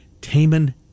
Taman